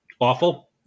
Awful